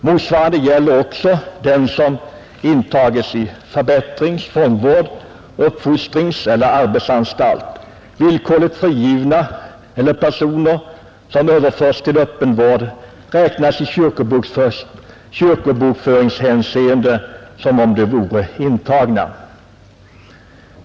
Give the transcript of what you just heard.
Motsvarande gäller också den som intagits i förbättrings-, fångvårds-, uppfostringseller arbetsanstalt. Villkorligt frigivna eller personer som överförs till öppen vård räknas i kyrkobokföringshänseende som om de vore intagna.